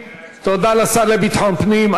כבוד השר, באילו אמצעים, תודה לשר לביטחון פנים.